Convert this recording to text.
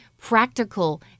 practical